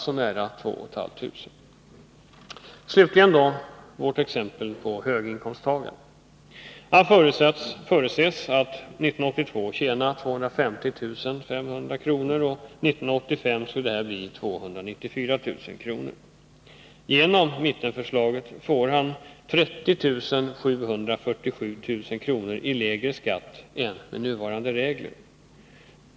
Slutligen då vår höginkomsttagare. Han förutses att 1982 tjäna 250 500 kr. och 1985 294 000 kr. Genom mittenförslaget får han 30 747 kr. i lägre skatt än med nuvarande regler.